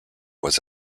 was